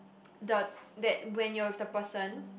the that when you're with the person